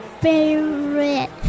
favorite